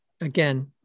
again